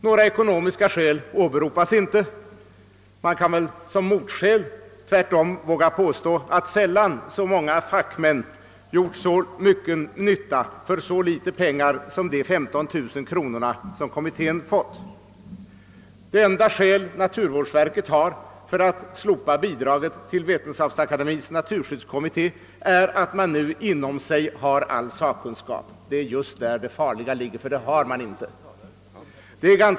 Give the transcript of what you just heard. Några ekonomiska skäl åberopas inte. Man kan väl som motskäl tvärtom våga påstå, att sällan så många fackmän gjort så mycken nytta för så litet pengar som för de 15000 kronor som kommittén fått. Det enda skäl naturvårdsverket anfört för att slopa bidraget till Vetenskapsakademiens naturskyddskommitté är att man nu inom sig har all sakkunskap. Det är just där det farliga ligger — det har man nämligen inte.